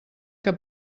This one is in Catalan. que